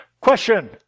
Question